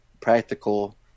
practical